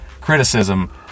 criticism